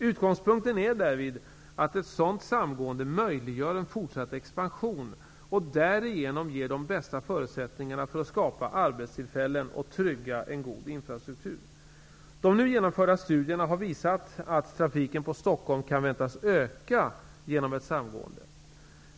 Utgångspunkten är därvid att ett sådant samgående möjliggör en fortsatt expansion och därigenom ger de bästa förutsättningarna för att skapa arbetstillfällen och trygga en god infrastruktur. De nu genomförda studierna har visat att trafiken på Stockholm kan väntas öka genom ett samgående.